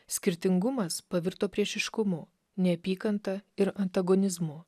skirtingumas pavirto priešiškumu neapykanta ir antagonizmu